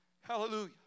Hallelujah